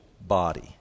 body